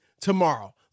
tomorrow